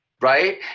right